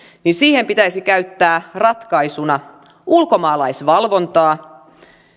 niin siihen pitäisi käyttää ratkaisuna ulkomaalaisvalvontaa